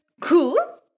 Cool